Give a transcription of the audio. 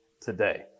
today